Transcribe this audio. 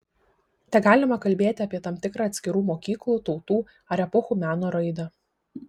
tegalima kalbėti apie tam tikrą atskirų mokyklų tautų ar epochų meno raidą